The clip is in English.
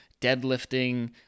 deadlifting